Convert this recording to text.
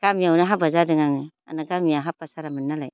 गामियावनो हाबा जादों आङो आंना गामिया हाफासारामोन नालाय